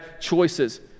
choices